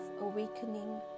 awakening